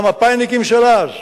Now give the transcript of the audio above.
למפא"יניקים של אז.